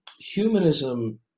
Humanism